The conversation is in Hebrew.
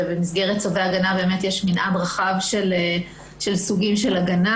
במסגרת צווי ההגנה יש מנעד רחב של סוגים של הגנה.